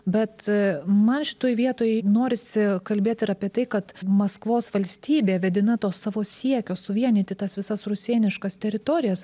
bet man šitoj vietoj norisi kalbėt ir apie tai kad maskvos valstybė vedina to savo siekio suvienyti tas visas rusėniškas teritorijas